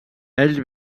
ell